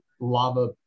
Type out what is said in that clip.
lava